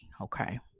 okay